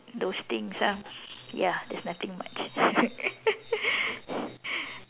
those things ah ya there's nothing much